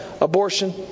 abortion